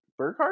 Burkhart